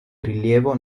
rilievo